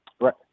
Right